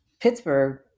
Pittsburgh